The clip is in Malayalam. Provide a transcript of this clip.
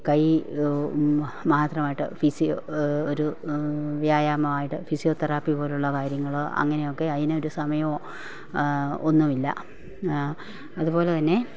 കൈ മാ മാത്രമായിട്ടു ഫിസിയോ ഒരു വ്യായാമമായിട്ട് ഫിസിയോ തെറാപ്പി പോലെയുള്ള കാര്യങ്ങളോ അങ്ങനെയൊക്കെ അതിനൊരു സമയമോ ഒന്നുമില്ല അതുപോലെതന്നെ